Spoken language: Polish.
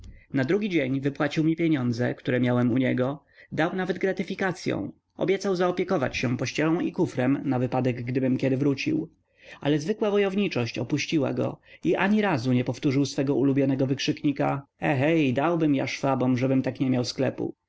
na drugi dzień wypłacił mi pieniądze które miałem u niego dał nawet gratyfikacyą obiecał opiekować się pościelą i kufrem na wypadek gdybym kiedy wrócił ale zwykła wojowniczość opuściła go i ani razu nie powtórzył swego ulubionego wykrzyknika ehej dałbym ja szwabom żebym tak nie miał sklepu